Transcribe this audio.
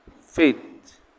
faith